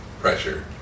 pressure